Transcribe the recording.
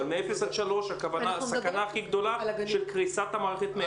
אבל הסכנה הכי גדולה מאפס עד שלוש היא קריסת המערכת הזו.